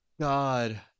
God